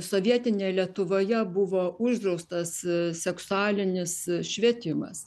sovietinėje lietuvoje buvo uždraustas seksualinis švietimas